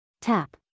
Tap